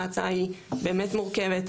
ההצעה היא באמת מורכבת,